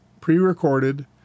pre-recorded